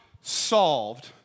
solved